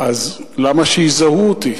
אז למה שיזהו אותי?